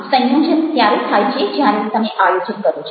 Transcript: આથી સંયોજન ત્યારે થાય છે જ્યારે તમે આયોજન કરો છો